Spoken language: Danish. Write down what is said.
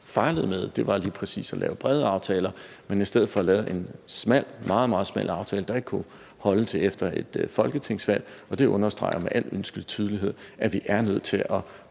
fejlede med, var lige præcis ikke at lave brede aftaler, men i stedet lavede en smal – meget, meget smal aftale – der ikke kunne holde til efter et folketingsvalg, og det understreger med al ønskelig tydelighed, at vi er nødt til at